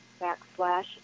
backslash